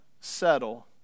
settle